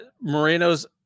moreno's